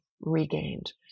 regained